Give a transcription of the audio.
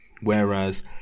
Whereas